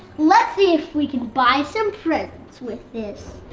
let's see if we can buy some presents with this.